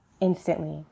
Instantly